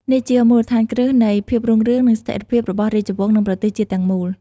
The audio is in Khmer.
នេះជាមូលដ្ឋានគ្រឹះនៃ ភាពរឹងមាំ និងស្ថិរភាព របស់រាជវង្ស និងប្រទេសជាតិទាំងមូល។